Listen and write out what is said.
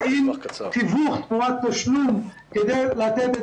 ומציעים תיווך תמורת תשלום כדי לתת את